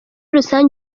rusange